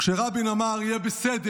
כשרבין אמר "יהיה בסדר",